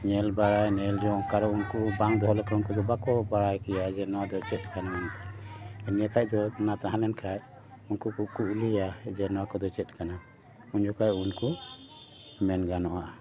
ᱧᱮᱞ ᱵᱟᱲᱟᱭᱟ ᱧᱮᱞ ᱡᱚᱝ ᱠᱟᱨᱚᱱ ᱩᱱᱠᱩ ᱵᱟᱝ ᱫᱚᱦᱚ ᱞᱮᱠᱷᱟᱱ ᱩᱱᱠᱩ ᱵᱟᱠᱚ ᱵᱟᱲᱟᱭ ᱠᱮᱭᱟ ᱱᱚᱣᱟ ᱫᱚ ᱪᱮᱫ ᱠᱟᱱᱟ ᱢᱮᱱᱛᱮ ᱤᱱᱟᱹ ᱠᱷᱟᱡ ᱫᱚ ᱚᱱᱟ ᱛᱟᱦᱮᱸ ᱞᱮᱱ ᱠᱷᱟᱡ ᱩᱱᱠᱩ ᱠᱚ ᱠᱩᱠᱞᱤᱭᱟ ᱡᱮ ᱱᱚᱣᱟ ᱠᱚᱫᱚ ᱪᱮᱫ ᱠᱟᱱᱟ ᱩᱱ ᱡᱚᱠᱷᱟᱡ ᱩᱱᱠᱩ ᱢᱮᱱ ᱜᱟᱱᱚᱜᱼᱟ